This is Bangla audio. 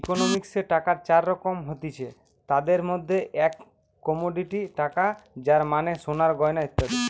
ইকোনমিক্সে টাকার চার রকম হতিছে, তাদির মধ্যে এক কমোডিটি টাকা যার মানে সোনার গয়না ইত্যাদি